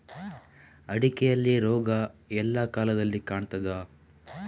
ಅಡಿಕೆಯಲ್ಲಿ ರೋಗ ಎಲ್ಲಾ ಕಾಲದಲ್ಲಿ ಕಾಣ್ತದ?